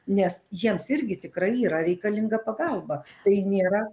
nes jiems irgi tikrai yra reikalinga pagalba tai nėra